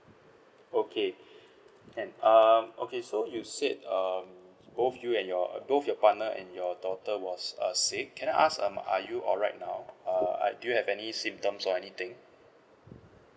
okay can um okay so you said um both you and your both your partner and your daughter was err sick can I ask um are you alright now err do you have any symptoms or anything